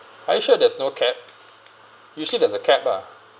are you sure there's no cap usually there's a cap ah